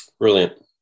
Brilliant